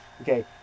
Okay